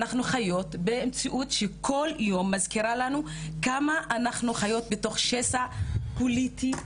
אנחנו חיות במציאות שכל יום מזכירה לנו כמה אנחנו חיות בתוך שסע פוליטי,